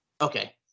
Okay